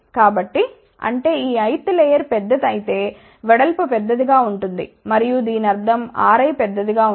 కాబట్టి అంటే ఈ Ith లేయర్ పెద్దది అయితే వెడల్పు పెద్దదిగా ఉంటుంది మరియు దీని అర్థం Ri పెద్దదిగా ఉంటుంది